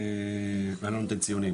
אני לא נותן ציונים,